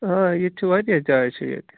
ییٚتہِ چھِ وارِیاہ جایہِ چھِ ییٚتہِ